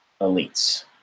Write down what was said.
elites